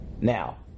Now